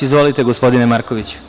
Izvolite, gospodine Markoviću.